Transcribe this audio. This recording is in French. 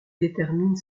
détermine